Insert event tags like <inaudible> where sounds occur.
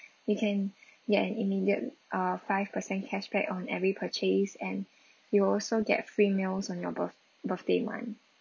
you can <breath> get an immediate uh five percent cashback on every purchase and you'll also get free meals on your birth birthday month